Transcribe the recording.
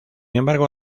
embargo